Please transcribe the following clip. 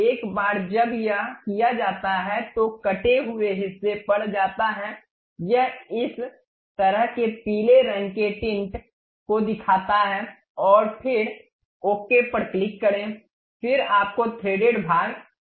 एक बार जब यह किया जाता है तो कटे हुए हिस्से पर जाता है यह इस तरह के पीले रंग के टिंट को दिखाता है फिर ओके पर क्लिक करें फिर आपको थ्रेडेड भाग दिखाई देता है